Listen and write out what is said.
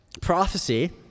Prophecy